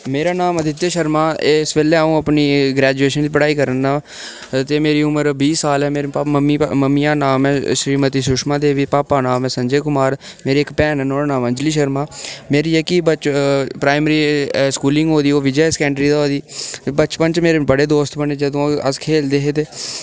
मेरा नांऽ आदित्य शर्मा इस बेल्लै अं'ऊ अपनी ग्रैजूएशन दी पढ़ाई करा ना ते मेरी उमर बीह् साल ऐ ते मेरे मम्मिया नाम ऐ सुश्री सुषमा देवी ते भापा नाम ऐ संजय कुमार मेरी इक्क भैन ऐ नुहाड़ा नाम ऐ अंजलि शर्मा मेरी जेह्की बिच प्राईमरी स्कूलिंग होई दी ओह् विजय सेकेंडर होई दी बचपन च मेरे बड़े दोस्त बने जदूं अस खेढदे हे